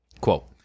Quote